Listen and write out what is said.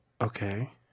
Okay